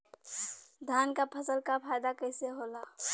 धान क फसल क फायदा कईसे होला?